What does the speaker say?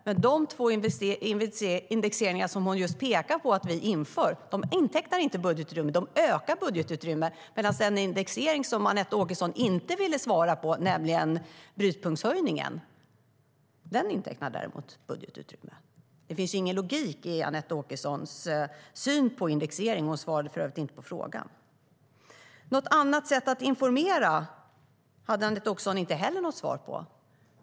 Men de två indexeringar som hon pekar på att vi inför intecknar inte budgetutrymmet utan ökar budgetutrymmet, medan den indexering som Anette Åkesson inte ville svara på, nämligen höjning av brytpunkten, intecknar budgetutrymmet. Det finns ingen logik i Anette Åkessons syn på indexering, och hon svarade för övrigt inte på frågan. Frågan om att informera på något annat sätt hade Anette Åkesson inte heller något svar på.